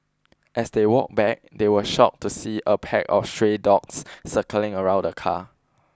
as they walked back they were shocked to see a pack of stray dogs circling around the car